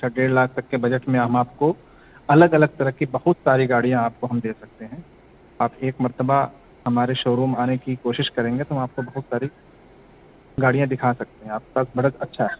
اچھا ڈیڑھ لاکھ تک کے بجٹ میں ہم آپ کو الگ الگ طرح کی بہت ساری گاڑیاں آپ کو ہم دے سکتے ہیں آپ ایک مرتبہ ہمارے شو روم آنے کی کوشش کریں گے تو ہم آپ کو بہت ساری گاڑیاں دکھا سکتے ہیں آپ کے پاس بجٹ اچھا ہے